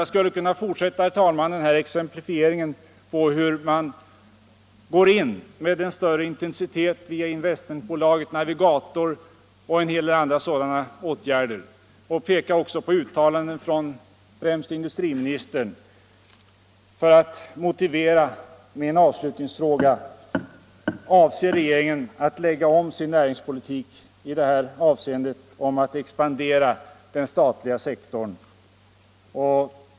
Jag skulle, herr talman, kunna fortsätta exemplifieringen med att anföra hur man går in med större intensitet via investmentbolaget Navigator och en hel del andra sådana åtgärder samt också peka på uttalanden från främst industriministern för att motivera min avslutningsfråga: Avser regeringen att lägga om sin näringspolitik i det här avseendet för att utvidga den statliga sektorn?